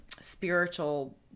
spiritual